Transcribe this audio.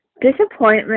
disappointment